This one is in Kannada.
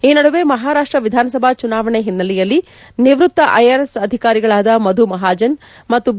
ಈ ನಡುವೆ ಮಹಾರಾಷ್ಟ ವಿಧಾನಸಭಾ ಚುನಾವಣೆಯ ಹಿನ್ನೆಲೆಯಲ್ಲಿ ನಿವ್ವತ್ತ ಐಆರ್ಎಸ್ ಅಧಿಕಾರಿಗಳಾದ ಮಧು ಮಹಾಜನ್ ಮತ್ತು ಬಿ